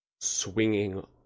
swinging